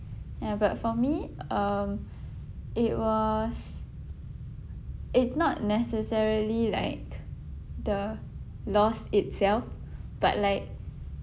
ya but for me um it was it's not necessarily like the loss itself but like